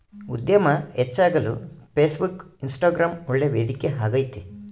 ಉದ್ಯಮ ಹೆಚ್ಚಾಗಲು Facebook, Instagram ಒಳ್ಳೆ ವೇದಿಕೆ ಆಗೈತೆ